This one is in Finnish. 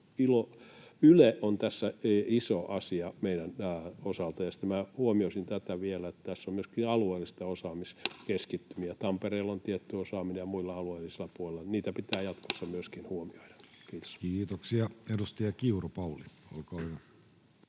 Yle on tässä iso asia meidän osalta. Sitten huomioisin vielä, että tässä on myöskin alueellisia osaamiskeskittymiä. Tampereella on tietty osaaminen ja muilla alueellisilla puolilla. Niitä pitää myöskin jatkossa huomioida. — Kiitos. Kiitoksia. — Edustaja Kiuru, Pauli, olkaa hyvä.